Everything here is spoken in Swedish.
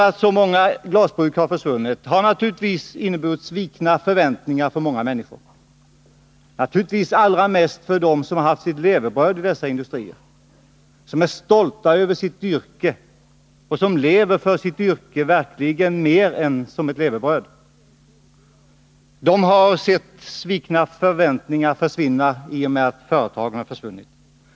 Att så många glasbruk lagts ner har inneburit svikna förväntningar för många människor. Naturligtvis gäller detta främst dem som haft sitt levebröd inom dessa industrier, som är stolta över sitt yrke och som lever för det och betraktar det som någonting mera än bara ett levebröd. De har sett sina förhoppningar grusas i och med att företagen har försvunnit.